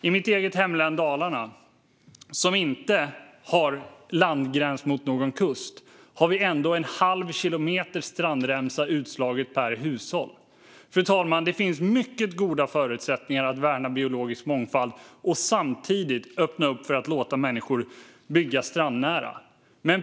I mitt eget hemlän Dalarna, som inte har någon kust, finns det ändå en halv kilometers strandremsa per hushåll om man slår ut det. Det finns mycket goda förutsättningar att värna biologisk mångfald och samtidigt öppna för att låta människor bygga strandnära.